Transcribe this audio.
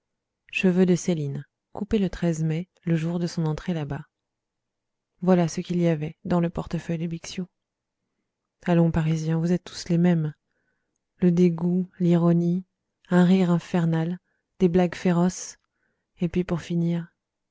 cheveux de céline coupés le mai le jour de son entrée là-bas voilà ce qu'il y avait dans le portefeuille de bixiou allons parisiens vous êtes tous les mêmes le dégoût l'ironie un rire infernal des blagues féroces et puis pour finir